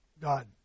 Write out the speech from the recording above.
God